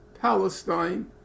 Palestine